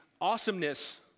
awesomeness